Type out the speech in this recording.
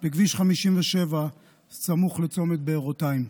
בכביש 57 סמוך לצומת בארותיים.